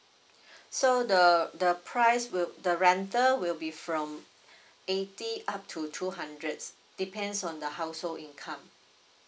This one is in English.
so the the price would the rental will be from eighty up to two hundreds depends on the household income